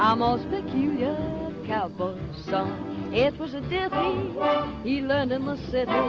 um most peculiar cowboy song it was a ditty he learned in the city